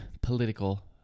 political